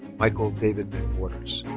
michael david mcwaters.